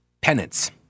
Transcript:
penance